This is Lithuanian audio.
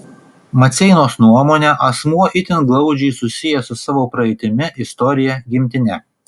maceinos nuomone asmuo itin glaudžiai susijęs su savo praeitimi istorija gimtine